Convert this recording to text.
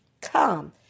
come